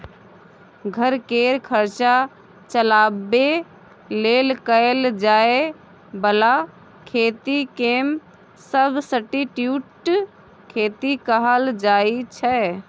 घर केर खर्चा चलाबे लेल कएल जाए बला खेती केँ सब्सटीट्युट खेती कहल जाइ छै